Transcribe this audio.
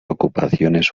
ocupaciones